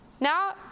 Now